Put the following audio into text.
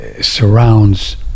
surrounds